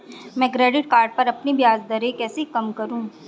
मैं credit card पर अपनी ब्याज दरें कैसे कम करूँ?